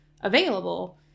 available